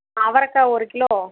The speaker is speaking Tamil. அவரைக்கா ஒரு கிலோ